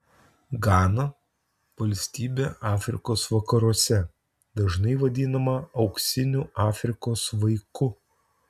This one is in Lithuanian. gana valstybė afrikos vakaruose dažnai vadinama auksiniu afrikos vaiku